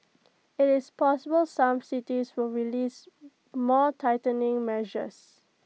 it's possible some cities will release more tightening measures